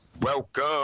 Welcome